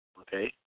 okay